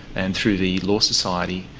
and through the law society,